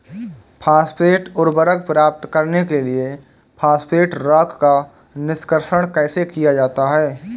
Phosphate उर्वरक प्राप्त करने के लिए फॉस्फेट रॉक का निष्कर्षण कैसे किया जाता है?